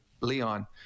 Leon